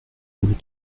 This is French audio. vous